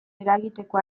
eragiteko